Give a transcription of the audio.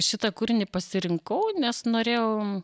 šitą kūrinį pasirinkau nes norėjau